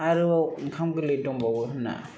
आरोबाव ओंखाम गोरलै दंबावो होन्ना